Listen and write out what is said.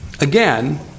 Again